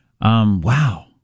Wow